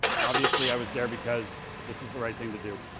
obviously, i was there because this was the right thing to do,